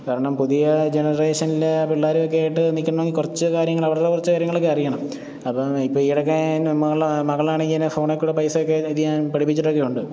കാരണം പുതിയ ജനറേഷനിൽ പിള്ളേരുവൊക്കെ ആയിട്ട് നിൽക്കണമെങ്കിൽ കുറച്ച് കാര്യങ്ങൾ അവരുടെ കുറച്ച് കാര്യങ്ങളൊക്കെ അറിയണം അപ്പം ഇപ്പം ഈ ഇടയ്ക്ക് എൻ്റെ മകൾ മകളാണെങ്കിൽ എന്നെ ഫോണിൽക്കൂടെ പൈസയൊക്കെ ഇത് ചെയ്യാൻ പഠിപ്പിച്ചിട്ടൊക്കെ ഉണ്ട്